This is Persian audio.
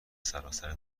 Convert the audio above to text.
سرتاسر